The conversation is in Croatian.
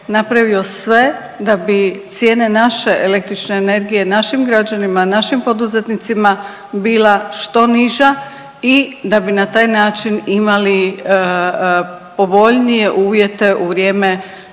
napravio sve da bi cijene naše električne energije, našim građanima, našim poduzetnicima bila što niža i da bi na taj način imali povoljnije uvjete u vrijeme